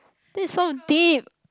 this is so deep